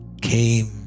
came